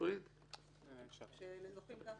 שלזוכים ככה